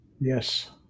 Yes